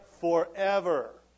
forever